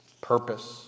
purpose